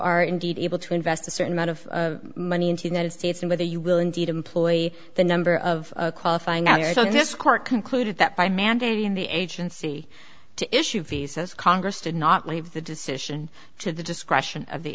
are indeed able to invest a certain amount of money into united states and whether you will indeed employee the number of qualifying now so this court concluded that by mandating the agency to issue visas congress did not leave the decision to the discretion of the